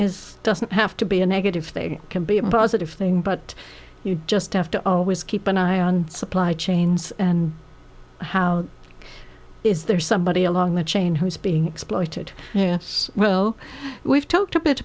is doesn't have to be a negative thing can be a positive thing but you just have to always keep an eye on supply chains and how is there somebody along the chain who's being exploited well we've talked a bit